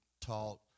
taught